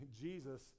Jesus